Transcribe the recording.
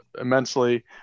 immensely